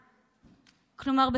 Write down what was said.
כלומר,